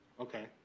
Okay